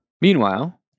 Meanwhile